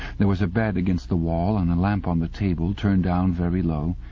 there was a bed against the wall, and a lamp on the table, turned down very low.